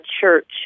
church